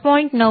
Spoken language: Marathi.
9 5